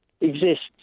exists